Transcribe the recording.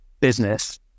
business